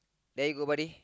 there you go buddy